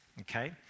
okay